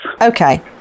Okay